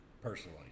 Personally